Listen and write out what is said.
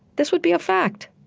this would be a fact.